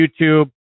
YouTube